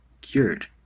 cured